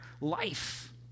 life